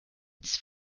its